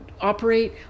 operate